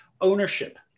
ownership